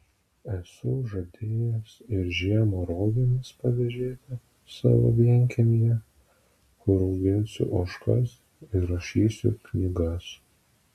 esu žadėjęs ir žiemą rogėmis pavėžėti savo vienkiemyje kur auginsiu ožkas ir rašysiu knygas